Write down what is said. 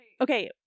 okay